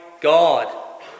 God